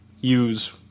use